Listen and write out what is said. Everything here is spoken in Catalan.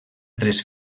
tres